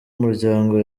umuryango